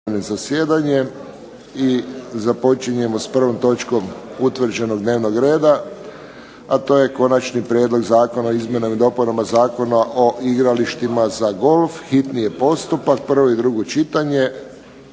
zasjedanjem i započinjemo s prvom točkom utvrđenog dnevnog reda, a to je 1. Konačni prijedlog Zakona o izmjenama i dopunama Zakona o igralištima za golf, hitni postupak, prvo i drugo čitanje